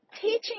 teaching